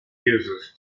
uses